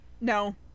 No